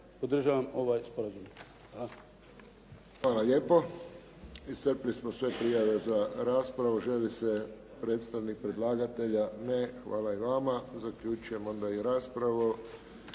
Podržavam ovaj sporazum. Hvala. **Friščić, Josip (HSS)** Iscrpili smo sve prijave za raspravu. Želi li se predstavnik predlagatelja? Ne. Hvala i vama. Zaključujem onda i raspravu.